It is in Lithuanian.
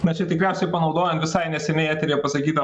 mes čia tikriausiai panaudojam visai neseniai eteryje pasakytą